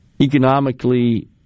economically